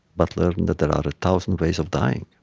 but learned that there are a thousand ways of dying.